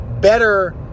better